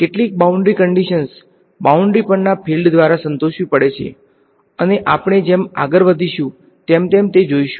કેટલીક boundary conditions boundary પરના field દ્વારા સંતોષવી પડે છે અને અને આપણે જેમ આગળ વધીશુ તેમ તેમ તે જોઈશું